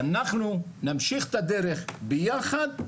ואנחנו נמשיך את הדרך, ביחד.